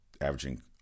Averaging